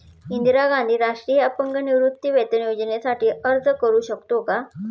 इंदिरा गांधी राष्ट्रीय अपंग निवृत्तीवेतन योजनेसाठी अर्ज करू शकतो का?